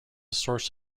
source